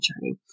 journey